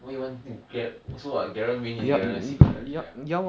why you want gar~ so what garen main is garen Secretlab chair ah